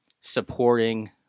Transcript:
supporting